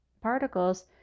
particles